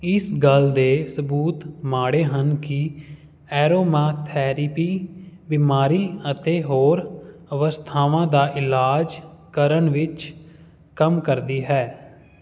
ਇਸ ਗੱਲ ਦੇ ਸਬੂਤ ਮਾੜੇ ਹਨ ਕਿ ਐਰੋਮਾਥੈਰੇਪੀ ਬਿਮਾਰੀ ਅਤੇ ਹੋਰ ਅਵਸਥਾਵਾਂ ਦਾ ਇਲਾਜ ਕਰਨ ਵਿੱਚ ਕੰਮ ਕਰਦੀ ਹੈ